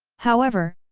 however,